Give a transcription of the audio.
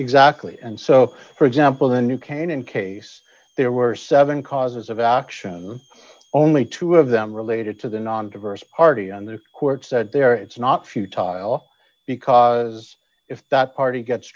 exactly and so for example the new canaan case there were seven causes of action only two of them related to the non diverse party and the court said there it's not futaba all because if that party gets